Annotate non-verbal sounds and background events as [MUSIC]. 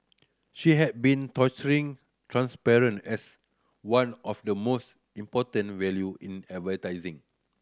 she has been touting transparent as one of the most important value in [UNINTELLIGIBLE]